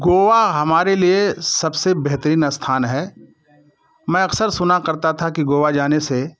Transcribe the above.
गोवा हमारे लिए सबसे बेहतरीन स्थान है मैं अक्सर सुना करता था कि गोवा जाने से